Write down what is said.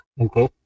Okay